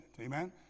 amen